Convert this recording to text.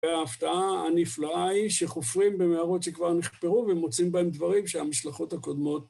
וההפתעה הנפלאה היא שחופרים במערות שכבר נחפרו ומוצאים בהם דברים שהמשלחות הקודמות